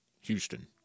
Houston